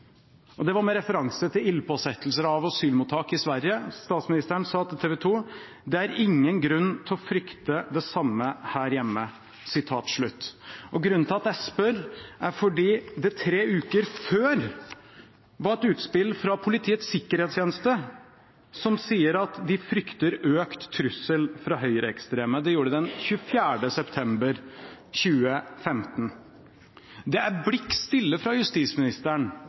og det var med referanse til ildspåsettelser av asylmottak i Sverige. Statsministeren sa til TV 2 at det er «ikke grunn til å frykte det samme her hjemme». Grunnen til at jeg spør, er at det tre uker før var et utspill fra Politiets sikkerhetstjeneste, som sier at de frykter økt trussel fra høyreekstreme. Det sa de den 24. september 2015. Det er blikk stille fra justisministeren